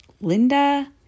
Linda